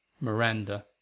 Miranda